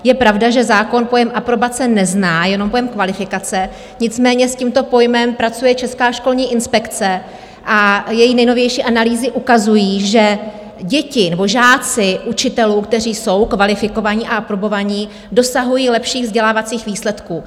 Je pravda, že zákon pojem aprobace nezná, jenom pojem kvalifikace, nicméně s tímto pojmem pracuje Česká školní inspekce a její nejnovější analýzy ukazují, že děti nebo žáci učitelů, kteří jsou kvalifikovaní a aprobovaní, dosahují lepších vzdělávacích výsledků.